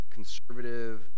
Conservative